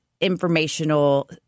informational